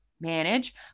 manage